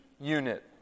unit